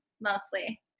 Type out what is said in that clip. mostly